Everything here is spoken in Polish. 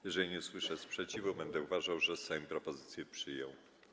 Jeżeli nie usłyszę sprzeciwu, będę uważał, że Sejm propozycję przyjął.